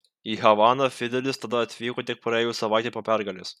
į havaną fidelis tada atvyko tik praėjus savaitei po pergalės